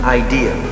idea